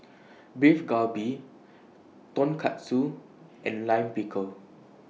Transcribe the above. Beef Galbi Tonkatsu and Lime Pickle